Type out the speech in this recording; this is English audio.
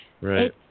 Right